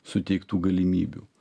suteiktų galimybių